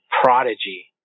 prodigy